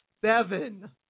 seven